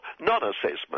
non-assessment